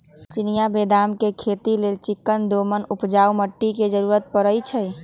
चिनियाँ बेदाम के खेती लेल चिक्कन दोमट उपजाऊ माटी के जरूरी पड़इ छइ